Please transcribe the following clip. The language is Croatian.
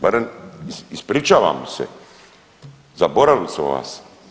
Barem ispričavamo se, zaboravili smo vas.